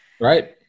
Right